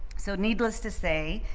so needless to say,